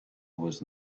was